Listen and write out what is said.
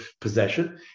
possession